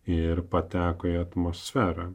ir pateko į atmosferą